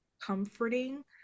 comforting